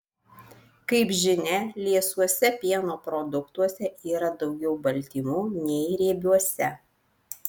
kaip žinia liesuose pieno produktuose yra daugiau baltymų nei riebiuose